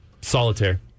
Solitaire